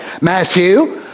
Matthew